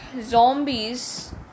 zombies